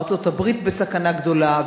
ארצות-הברית בסכנה גדולה,